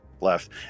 left